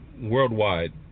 worldwide